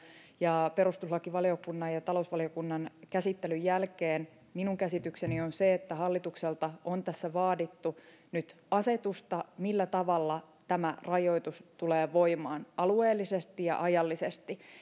ja perustuslakivaliokunnan ja ja talousvaliokunnan käsittelyn jälkeen minun käsitykseni on se että hallitukselta on tässä vaadittu nyt asetusta siitä millä tavalla tämä rajoitus tulee voimaan alueellisesti ja ajallisesti